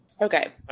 Okay